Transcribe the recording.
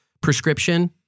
prescription